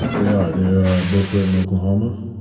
they are. they are both live in oklahoma,